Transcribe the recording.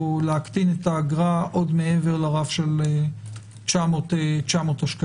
להקטין את האגרה עוד מעבר לרף של 900 השקלים.